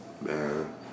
Man